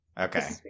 Okay